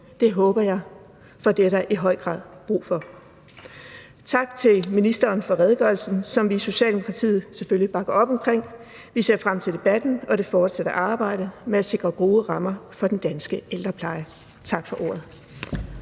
Det håber jeg, for det er der i høj grad brug for. Tak til ministeren for redegørelsen, som vi i Socialdemokratiet selvfølgelig bakker op om. Vi ser frem til debatten og det fortsatte arbejde med at sikre gode rammer for den danske ældrepleje. Tak for ordet.